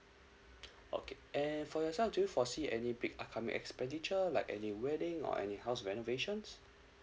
okay and for yourself do you foresee any big are coming expenditure like any wedding or any house renovations